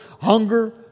hunger